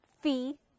fee